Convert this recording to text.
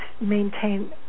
Maintain